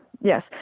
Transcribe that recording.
Yes